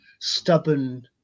stubborn